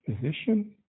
position